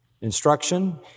instruction